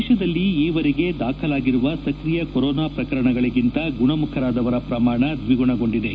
ದೇಶದಲ್ಲಿ ಈವರೆಗೆ ದಾಖಲಾಗಿರುವ ಸಕ್ರಿಯ ಕೊರೊನಾ ಪ್ರಕರಣಗಳಿಂತ ಗುಣಮುಖರಾದವರ ಪ್ರಮಾಣ ದ್ವಿಗುಣಗೊಂಡಿದೆ